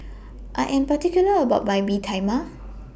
I Am particular about My Mee Tai Mak